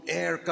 air